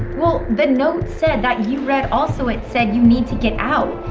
well the note said that you read also it said, you need to get out.